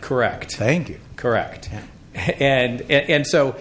correct thank you correct and so